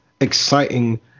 exciting